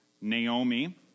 Naomi